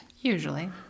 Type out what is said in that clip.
Usually